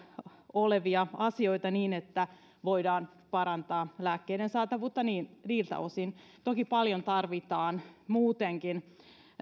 olevia asioita niin että voidaan parantaa lääkkeiden saatavuutta niiltä osin toki paljon tarvitaan muutenkin